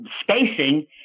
spacing